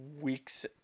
weeks